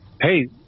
hey